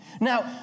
Now